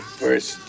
first